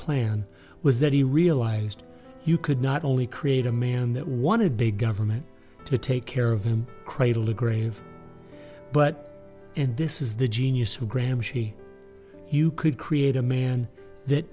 plan was that he realized you could not only create a man that wanted big government to take care of him cradle to grave but in this is the genius who gramsci you could create a man that